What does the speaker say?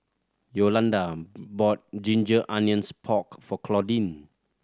Yolanda bought ginger onions pork for Claudine